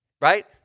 Right